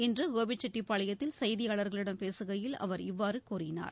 இன்று கோபிச்செட்டிப்பாளையத்தில் செய்தியாளர்களிடம் பேசுகையில் அவர் இவ்வாறு கூறினார்